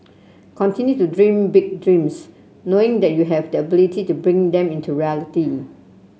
continue to dream big dreams knowing that you have the ability to bring them into reality